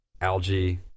algae